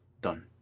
Done